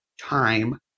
time